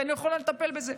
ואני לא יכולה לטפל בזה.